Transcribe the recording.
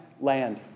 land